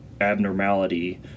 abnormality